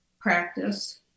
practice